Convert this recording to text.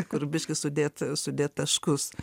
kur biški sudėt sudėt taškus